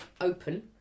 open